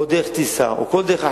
דרך טיסה או כל דרך אחרת,